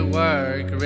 work